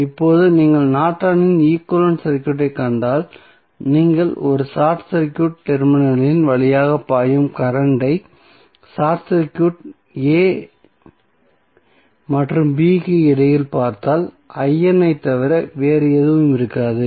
இப்போது நீங்கள் நார்டனின் ஈக்வலன்ட் சர்க்யூட்டைக் கண்டால் நீங்கள் ஒரு ஷார்ட் சர்க்யூட் டெர்மினலின் வழியாக பாயும் கரண்ட் ஐ ஷார்ட் சர்க்யூட் a மற்றும் b க்கு இடையில் பார்த்தால் ஐத் தவிர வேறு எதுவும் இருக்காது